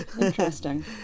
interesting